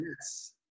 Yes